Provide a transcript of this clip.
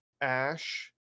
Ash